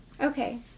Okay